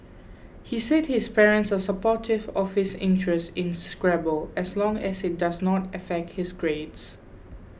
he said his parents are supportive of his interest in Scrabble as long as it does not affect his grades